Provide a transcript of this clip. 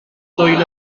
ddwyn